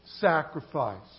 sacrifice